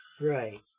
Right